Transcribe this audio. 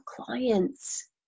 clients